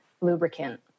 lubricant